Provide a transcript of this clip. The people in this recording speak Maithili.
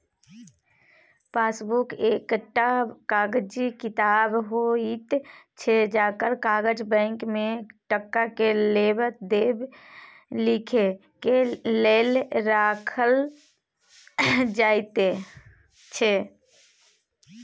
पासबुक एकटा कागजी किताब होइत छै जकर काज बैंक में टका के लेब देब लिखे के लेल राखल जाइत छै